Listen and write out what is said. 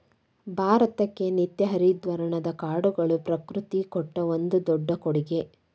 ಭಾರತಕ್ಕೆ ನಿತ್ಯ ಹರಿದ್ವರ್ಣದ ಕಾಡುಗಳು ಪ್ರಕೃತಿ ಕೊಟ್ಟ ಒಂದು ದೊಡ್ಡ ಕೊಡುಗೆ